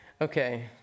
Okay